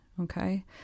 Okay